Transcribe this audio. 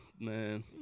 Man